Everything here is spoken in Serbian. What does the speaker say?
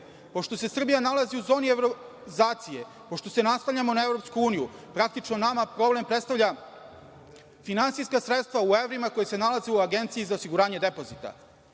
Pošto se Srbija nalazi u zoni evrozacije, pošto se nastavljamo na EU, praktično nama problem predstavljaju finansijska sredstva u evrima, koji se nalazi u Agenciji za osiguranje depozita. Kao